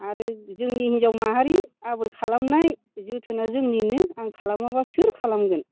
आरो जोंनि हिनजाव माहारि आबोर खालामनाय जोथोना जोंनिनो आं खालामाबा सोर खालामगोन